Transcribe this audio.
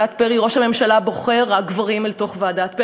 ראש הממשלה בוחר רק גברים לוועדת פרי,